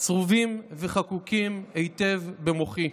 צרובים וחקוקים היטב במוחי.